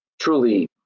truly